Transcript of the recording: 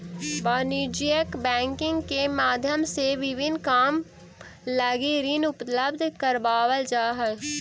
वाणिज्यिक बैंकिंग के माध्यम से विभिन्न काम लगी ऋण उपलब्ध करावल जा हइ